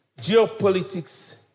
geopolitics